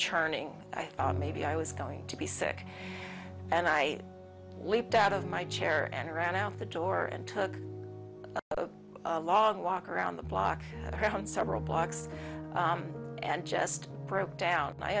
churning i thought maybe i was going to be sick and i leapt out of my chair and ran out the door and took a long walk around the block and around several blocks and just broke down and i